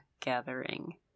gathering